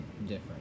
different